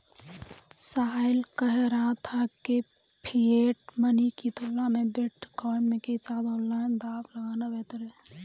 साहिल कह रहा था कि फिएट मनी की तुलना में बिटकॉइन के साथ ऑनलाइन दांव लगाना बेहतर हैं